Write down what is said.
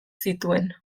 zituen